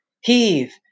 Heave